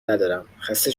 ندارم، خسته